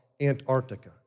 Antarctica